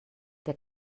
der